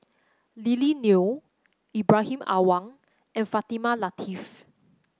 Lily Neo Ibrahim Awang and Fatimah Lateef